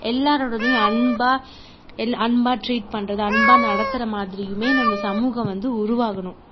எல்லோரோடதையும் அன்பாக எல்லா அன்பாக ட்ரீட் பண்ணுறது அன்பாக நடத்துகிற மாதிரியுமே நம் இந்த சமூகம் வந்து உருவாகணும்